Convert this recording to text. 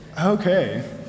Okay